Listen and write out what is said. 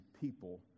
people